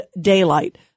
daylight